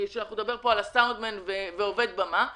אותו סאונדמן או עובד במה,